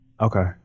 Okay